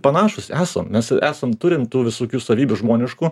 panašūs esam mes esam turim tų visokių savybių žmoniškų